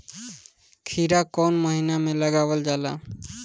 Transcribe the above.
खीरा कौन महीना में लगावल जाला?